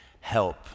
help